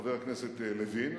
חבר הכנסת לוין,